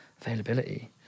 availability